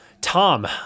Tom